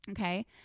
Okay